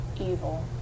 Evil